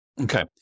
Okay